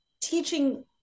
teaching